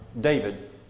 David